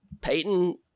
Peyton